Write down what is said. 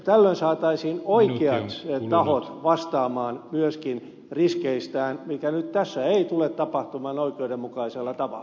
tällöin saataisiin oikeat tahot vastaamaan myöskin riskeistään mikä nyt tässä ei tule tapahtumaan oikeudenmukaisella tavalla